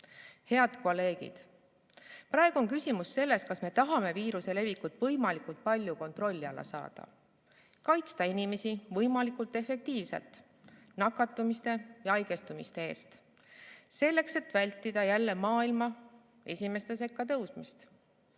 Head kolleegid! Praegu on küsimus selles, kas me tahame viiruse levikut võimalikult palju kontrolli alla saada, kaitsta inimesi võimalikult efektiivselt nakatumise ja haigestumise eest, et vältida jälle maailma esimeste sekka tõusmist.